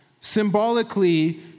symbolically